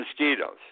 mosquitoes